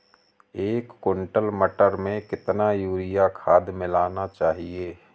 एक कुंटल मटर में कितना यूरिया खाद मिलाना चाहिए?